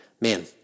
Man